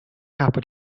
capo